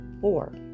four